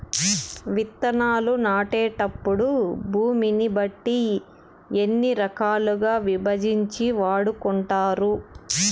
విత్తనాలు నాటేటప్పుడు భూమిని బట్టి ఎన్ని రకాలుగా విభజించి వాడుకుంటారు?